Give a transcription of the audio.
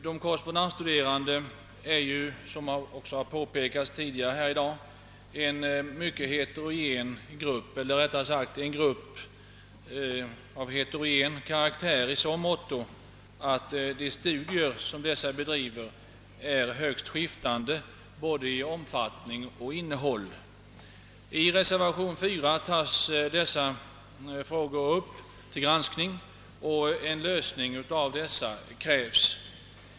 De korrespondensstuderande är som också påpekats tidigare här i dag en grupp av heterogen karaktär i så måtto, att de studier som de bedriver är högst skiftande både till omfattning och innehåll. I reservationen 4 tas dessa frågor upp till granskning, och en lösning av dem krävs.